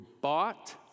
bought